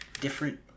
Different